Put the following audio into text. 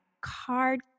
card –